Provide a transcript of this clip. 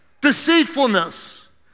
deceitfulness